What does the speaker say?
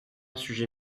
sujet